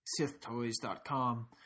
SithToys.com